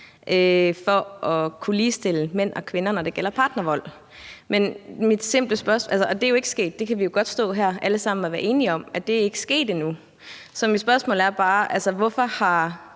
for at kunne ligestille mænd og kvinder, når det gælder partnervold. Og det er jo ikke sket. Vi kan jo godt stå her alle sammen og være enige om, at det ikke er sket endnu. Så mit spørgsmål er bare: Hvorfor har